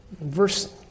verse